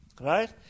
Right